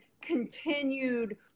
continued